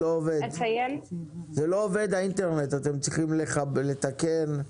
אתם צריכים לתקן,